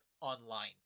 online